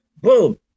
boom